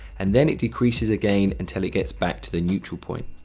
and then it decreases again until it gets back to the neutral point.